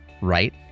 right